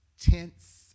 tense